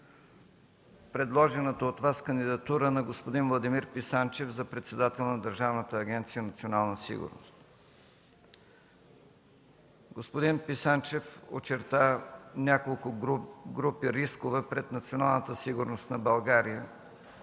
предложената от Вас кандидатура на господин Владимир Писанчев за председател на Държавната агенция „Национална сигурност”. Господин Писанчев очерта няколко групи рискове пред националната сигурност на България,